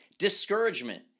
discouragement